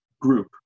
group